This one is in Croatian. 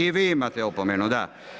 I vi imate opomenu da.